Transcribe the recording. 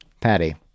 Patty